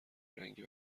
رنگی